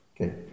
Okay